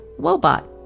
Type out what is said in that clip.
Wobot